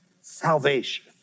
salvation